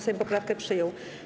Sejm poprawkę przyjął.